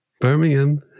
Birmingham